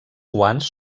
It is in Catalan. guants